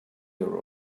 your